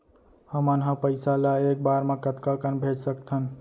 हमन ह पइसा ला एक बार मा कतका कन भेज सकथन?